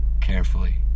carefully